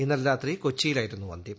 ഇന്നലെ രാത്രി കൊച്ചിയിലായിരുന്നു അന്ത്യം